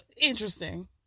interesting